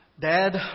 Dad